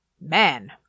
man